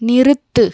நிறுத்து